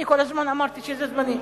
אני כל הזמן אמרתי שזה זמני.